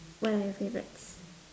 what are your favorites